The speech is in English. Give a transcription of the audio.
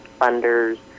funders